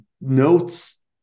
notes